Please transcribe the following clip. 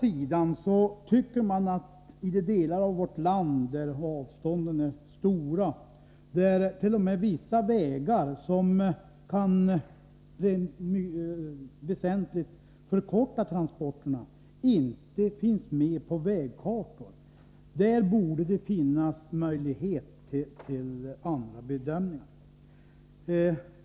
I de delar av vårt land där avstånden är stora — och där vissa vägar som väsentligt kan förkorta transporterna inte ens finns med på vägkartorna — tycker man emellertid att det borde finnas möjlighet till andra bedömningar.